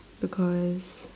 because